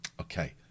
Okay